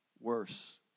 worse